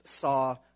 saw